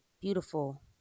beautiful